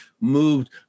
moved